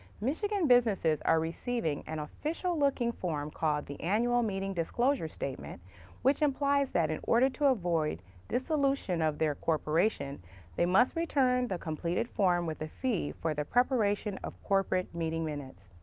michigan businesses are receiving an official-looking form called the annual meeting disclosure statement which implies that in order to avoid the solution of their corporation they must return the completed form with a fee for the preparation of corporate meeting minutes.